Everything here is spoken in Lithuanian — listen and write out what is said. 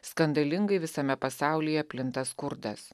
skandalingai visame pasaulyje plinta skurdas